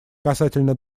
касательно